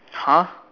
!huh!